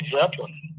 Zeppelin